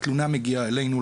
התלונה מגיעה אלינו,